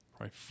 right